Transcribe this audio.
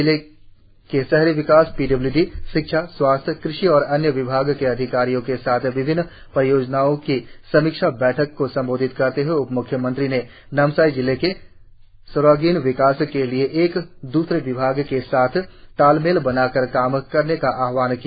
जिले के शहरी विकास पी डब्ल् डी शिक्षा स्वास्थ्य कृषि और अन्य विभागों के अधिकारियों के साथ विभिन्न परियोजनाओं की समीक्षा बैठक को संबोधित करते हए उप म्ख्यमंत्री ने नामसाई जिले के सर्वागीण विकास के लिए एक दूसरे विभाग के साथ तालमैल बनाकर काम करने का आहवान किया